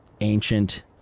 ancient